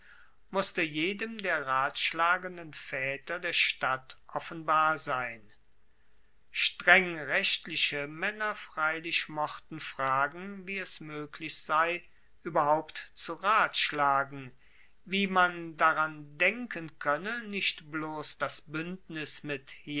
musste jedem der ratschlagenden vaeter der stadt offenbar sein streng rechtliche maenner freilich mochten fragen wie es moeglich sei ueberhaupt zu ratschlagen wie man daran denken koenne nicht bloss das buendnis mit